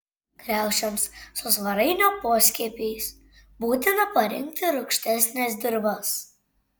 kriaušėms su svarainio poskiepiais būtina parinkti rūgštesnes dirvas